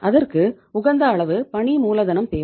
அதற்கு உகந்த அளவு பணி மூலதனம் தேவை